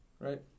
Right